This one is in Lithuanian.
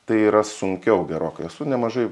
tai yra sunkiau gerokai esu nemažai